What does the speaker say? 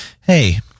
hey